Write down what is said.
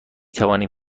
توانیم